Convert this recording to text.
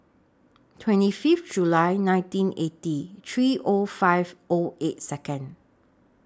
twenty Fifth July nineteen eighty three O five O eight Second